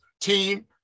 team